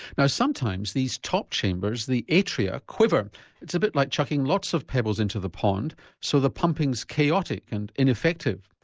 now sometimes these top chambers, the atria, quiver it's a bit like chucking lots of pebbles into the pond so the pumping's chaotic and ineffective.